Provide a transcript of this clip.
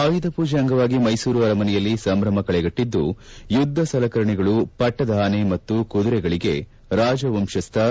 ಆಯುಧ ಪೂಜಿ ಅಂಗವಾಗಿ ಮೈಸೂರು ಅರಮನೆಯಲ್ಲಿ ಸಂಭ್ರಮ ಕಳೆಗಟ್ಟಿದ್ದು ಯುದ್ದ ಸಲಕರಣೆಗಳು ಪಟ್ಟದ ಆನೆ ಮತ್ತು ಕುದುರೆಗಳಗೆ ರಾಜವಂಶಸ್ವ